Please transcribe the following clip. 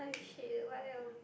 !oh shit! what else